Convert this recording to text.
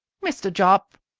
mr. jopp?